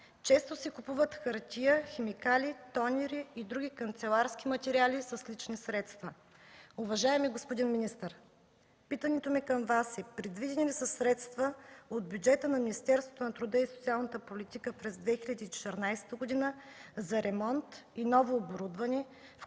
Често си купуват хартия, химикали, тонери и други канцеларски материали с лични средства. Уважаеми господин министър, питането ми към Вас е: предвидени ли са средства от бюджета на Министерството на труда и социалната политика през 2014 г. за ремонт и ново оборудване,